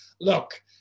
look